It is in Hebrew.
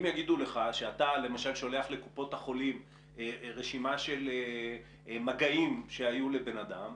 אם יגידו לך שאתה למשל שולח לקופות החולים רשימה של מגעים שהיו לבן אדם,